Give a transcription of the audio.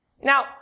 Now